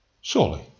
Surely